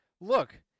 Look